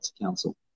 council